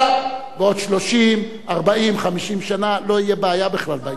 בעוד 50-40-30 שנה לא תהיה בעיה בכלל בעניין הזה.